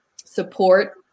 support